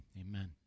Amen